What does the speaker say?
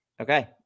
Okay